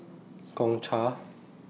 Gongcha